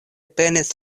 penis